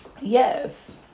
yes